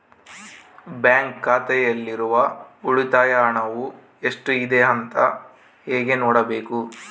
Bank ಖಾತೆಯಲ್ಲಿರುವ ಉಳಿತಾಯ ಹಣವು ಎಷ್ಟುಇದೆ ಅಂತ ಹೇಗೆ ನೋಡಬೇಕು?